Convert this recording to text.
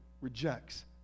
rejects